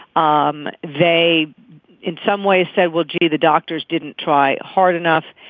um they in some ways said well gee the doctors didn't try hard enough.